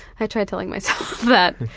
i try telling myself that,